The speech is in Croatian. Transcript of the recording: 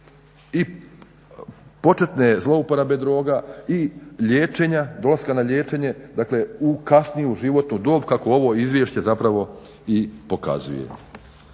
i početne zlouporabe droga i liječenja dolaska na liječenje, dakle u kasniju životnu dob kako ovo izvješće zapravo i pokazuje.